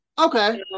Okay